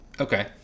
Okay